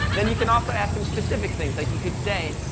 then you can also ask him specific things, like you could say,